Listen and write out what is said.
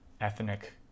ethnic